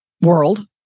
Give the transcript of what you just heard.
World